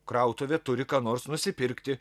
krautuvę turi ką nors nusipirkti